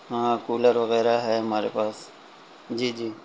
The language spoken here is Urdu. ہاں کولر وغیرہ ہے ہمارے پاس جی جی